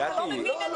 אתה לא מבין את זה?